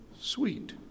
sweet